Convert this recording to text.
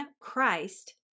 Christ